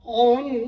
on